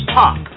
talk